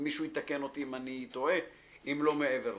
ומישהו יתקן אותי אם אני טועה, אם לא מעבר לכך.